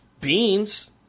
beans